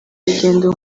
rugendo